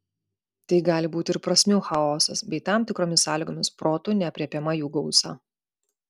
tai gali būti ir prasmių chaosas bei tam tikromis sąlygomis protu neaprėpiama jų gausa